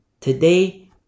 Today